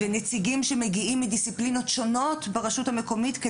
את הנציגים שמגיעים מדיסציפלינות שונות ברשות המקומית,